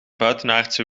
buitenaardse